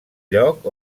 lloc